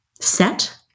set